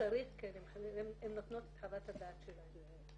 כשצריך כן, הן נותנות את חוות הדעת שלהן.